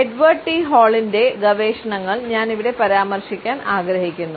Edward T ഹാളിന്റെ ഗവേഷണങ്ങൾ ഞാൻ ഇവിടെ പരാമർശിക്കാൻ ആഗ്രഹിക്കുന്നു